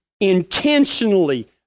intentionally